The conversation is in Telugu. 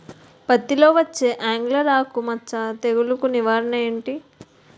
పత్తి లో వచ్చే ఆంగులర్ ఆకు మచ్చ తెగులు కు నివారణ ఎంటి?